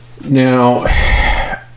now